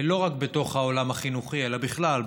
לא רק בתוך העולם החינוכי אלא בכלל,